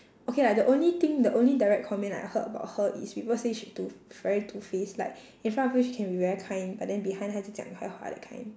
okay like the only thing the only direct comment I heard about her is people say she two very two faced like in front of you she can be very kind but then behind her 就讲坏话 that kind